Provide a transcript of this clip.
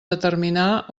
determinar